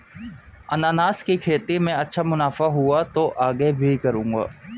अनन्नास की खेती में अच्छा मुनाफा हुआ तो आगे भी करूंगा